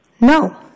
No